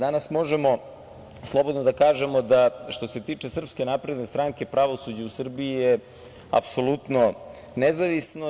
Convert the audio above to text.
Danas možemo slobodno da kažemo da, što se tiče SNS, pravosuđe u Srbiji je apsolutno nezavisno.